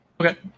Okay